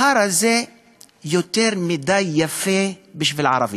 ההר הזה יותר מדי יפה בשביל ערבים.